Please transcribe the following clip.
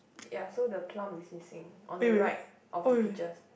ya so the plum is missing on the right of the peaches